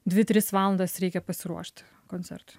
dvi tris valandas reikia pasiruošti koncertui